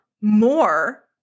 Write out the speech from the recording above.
more